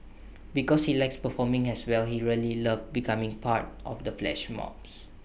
because he likes performing as well he really loved becoming part of the flash mobs